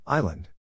Island